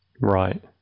Right